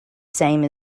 same